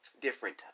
different